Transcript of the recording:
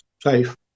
safe